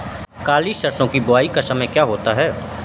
काली सरसो की बुवाई का समय क्या होता है?